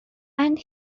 and